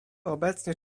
obecnie